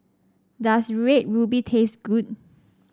does Red Ruby taste good